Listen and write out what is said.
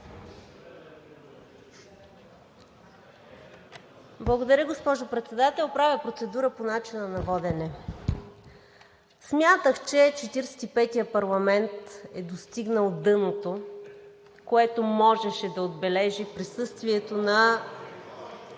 Благодаря, госпожо Председател. Правя процедура по начина на водене. Смятах, че Четиридесет и петият парламент е достигнал дъното, което можеше да отбележи присъствието на